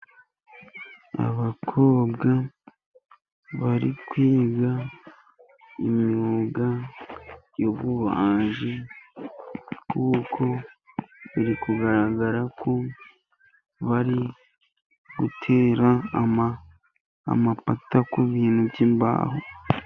Abakobwa bari kwiga imyuga y'ububaji, kuko biri kugaragara ko bari gutera amapata ku bintu by'imbaho.